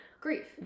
Grief